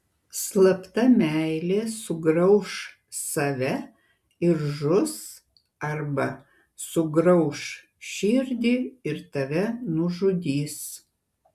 slapta meilė sugrauš save ir žus arba sugrauš širdį ir tave nužudys